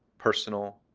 personal,